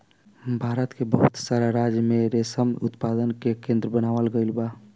भारत के बहुत सारा राज्य में रेशम उत्पादन के केंद्र बनावल गईल बा